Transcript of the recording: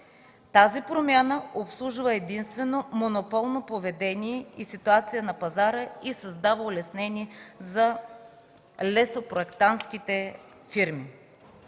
Тази промяна обслужва единствено монополно поведение и ситуация на пазара и създава улеснение за лесо-проектантските фирми.